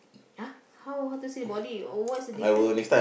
!ah! how how to see the body oh what is the different